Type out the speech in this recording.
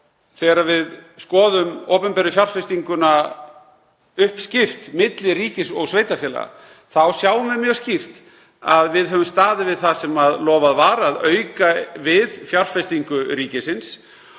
Þegar við skoðum opinberu fjárfestinguna uppskipt milli ríkis og sveitarfélaga þá sjáum við mjög skýrt að við höfum staðið við það sem lofað var, að auka við fjárfestingu ríkisins,